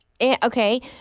Okay